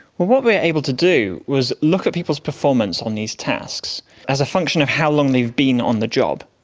what we are able to do is look at people's performance on these tasks as a function of how long they've been on the job.